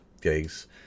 gigs